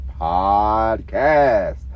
Podcast